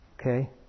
Okay